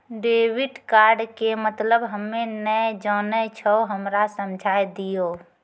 Debit card के मतलब हम्मे नैय जानै छौ हमरा समझाय दियौ?